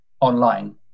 online